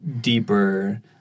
deeper